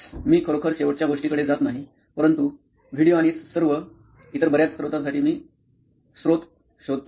मी खरोखर शेवटच्या गोष्टीकडे जात नाही परंतु व्हिडीओ आणि सर्व आणि इतर बर्याच स्रोतांसाठी मी स्त्रोत शोधतो